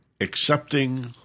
accepting